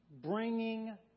bringing